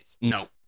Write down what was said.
No